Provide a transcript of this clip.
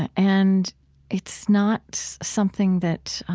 and and it's not something that